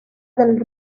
del